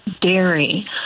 dairy